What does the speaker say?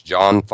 John